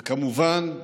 וכמובן,